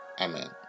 Amen